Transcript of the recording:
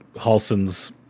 Halson's